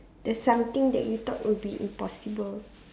there's something that you thought would be impossible